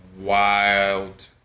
wild